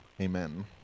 Amen